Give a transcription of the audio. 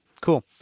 Cool